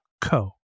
co